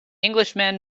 englishman